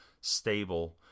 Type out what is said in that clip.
stable